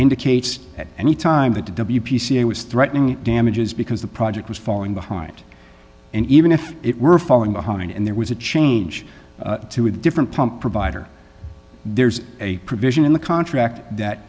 indicates at any time that the w p c i was threatening damages because the project was falling behind and even if it were falling behind and there was a change to a different pump provider there's a provision in the contract that